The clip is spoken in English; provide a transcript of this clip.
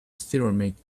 ceramic